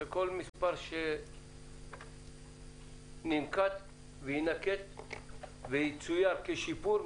וכל מספר שננקט ויינקט ויצויר כשיפור,